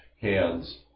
hands